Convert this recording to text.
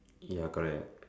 ya correct